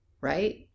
Right